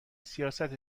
سیاست